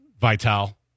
Vital